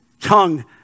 tongue